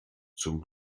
zum